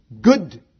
good